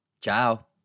ciao